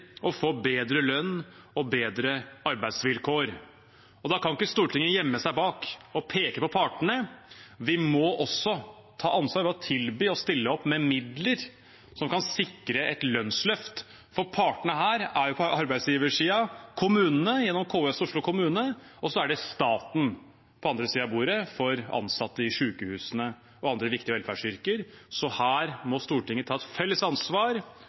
å få bedre lønn og bedre arbeidsvilkår. Da kan ikke Stortinget gjemme seg bak og peke på partene. Vi må også ta ansvar ved å tilby og stille opp med midler som kan sikre et lønnsløft, for partene på arbeidsgiversiden er jo her kommunene gjennom KS og Oslo kommune, og så er det staten på den andre siden av bordet for ansatte i sykehusene og andre viktige velferdsyrker. Her må Stortinget ta et felles ansvar